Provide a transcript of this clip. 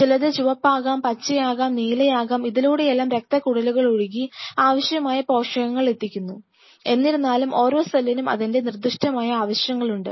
ചിലത് ചുവപ്പ്ആകാം പച്ച ആകാം നീലയും ആകാം ഇതിലൂടെയെല്ലാം രക്തക്കുഴലുകൾ ഒഴുകി ആവശ്യമായ പോഷകങ്ങൾ എത്തിക്കുന്നു എന്നിരുന്നാലും ഓരോ സെല്ലിനും അതിൻറെ നിർദിഷ്ടമായ ആവശ്യങ്ങളുണ്ട്